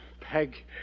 Peg